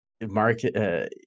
market